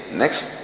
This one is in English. next